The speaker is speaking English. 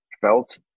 felt